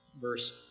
verse